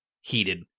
heated